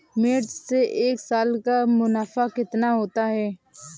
मिर्च से एक साल का मुनाफा कितना होता है?